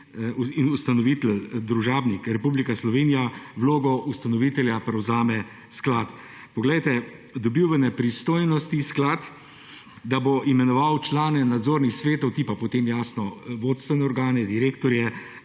in ustanovitelj družabnik Republika Slovenija vlogo ustanovitelja prevzema sklad. Poglejte, dobivanje pristojnosti sklad, da bo imenoval člane nadzornih svetov, ki pa potem jasno vodstvene organe, direktorje